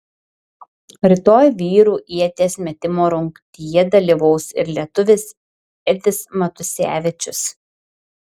rytoj vyrų ieties metimo rungtyje dalyvaus ir lietuvis edis matusevičius